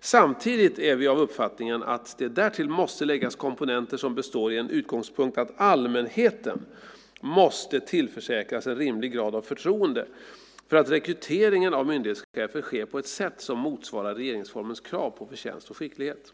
Samtidigt är vi av uppfattningen att det därtill måste läggas komponenter som har en utgångspunkt i att allmänheten måste tillförsäkras en rimlig grad av förtroende för att rekryteringen av myndighetschefer sker på ett sätt som motsvarar regeringsformens krav på förtjänst och skicklighet.